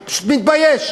מתבייש.